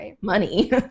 money